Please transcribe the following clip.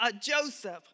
Joseph